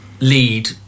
lead